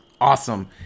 awesome